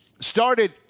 started